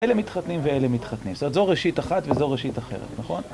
אלה מתחתנים ואלה מתחתנים. זאת אומרת, זו ראשית אחת וזו ראשית אחרת, נכון?